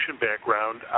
background